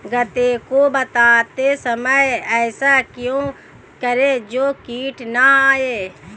गन्ने को बोते समय ऐसा क्या करें जो कीट न आयें?